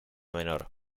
menor